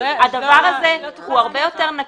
הדבר הזה הוא הרבה יותר נקי,